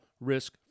risk